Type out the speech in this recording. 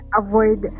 avoid